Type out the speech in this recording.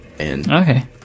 Okay